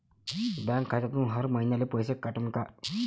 Bank खात्यातून हर महिन्याले पैसे कटन का?